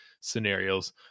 scenarios